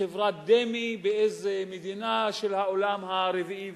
חברת דמה באיזה מדינה של העולם הרביעי,